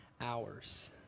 hours